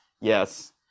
Yes